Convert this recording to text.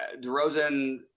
DeRozan